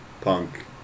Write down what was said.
Punk